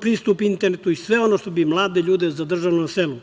pristup internetu i sve ono što bi mlade ljude zadržalo na selu.